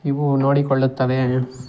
ಇವು ನೋಡಿಕೊಳ್ಳುತ್ತವೆ